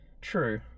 True